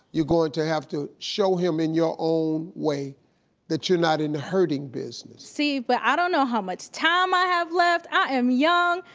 you're going to have to show him in your own way that you're not in the hurting business. steve, but i don't know how much time i have left. i am young,